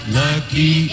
lucky